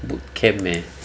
boot camp man